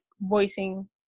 voicing